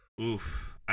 Oof